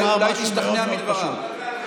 אלה לא תנאים בחקיקה.